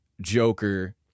joker